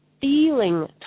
feeling